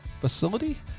facility